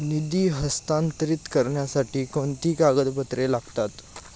निधी हस्तांतरित करण्यासाठी कोणती कागदपत्रे लागतात?